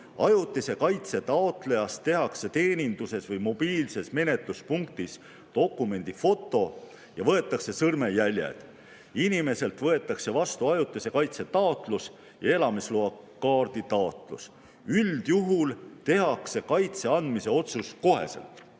"Ajutise kaitse taotlejast tehakse teeninduses või mobiilses menetluspunktis dokumendifoto ja võetakse sõrmejäljed. Inimeselt võetakse vastu ajutise kaitse taotlus ja elamisloakaardi taotlus. Üldjuhul tehakse kaitse andmise otsus koheselt."